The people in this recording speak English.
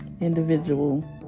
individual